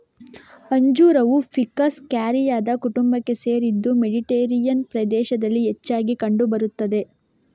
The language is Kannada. ಅಂಜೂರವು ಫಿಕಸ್ ಕ್ಯಾರಿಕಾದ ಕುಟುಂಬಕ್ಕೆ ಸೇರಿದ್ದು ಮೆಡಿಟೇರಿಯನ್ ಪ್ರದೇಶದಲ್ಲಿ ಹೆಚ್ಚಾಗಿ ಕಂಡು ಬರುತ್ತದೆ